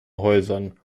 häusern